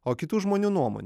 o kitų žmonių nuomonė